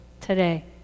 today